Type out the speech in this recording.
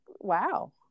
wow